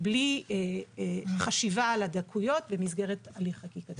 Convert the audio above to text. בלי חשיבה על הדקויות במסגרת הליך חקיקתי.